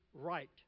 right